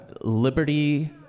Liberty